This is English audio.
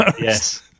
yes